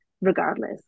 regardless